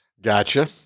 Gotcha